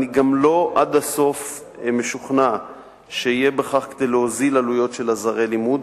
אני גם לא משוכנע עד הסוף שיהיה בכך כדי להוריד עלויות של עזרי לימוד.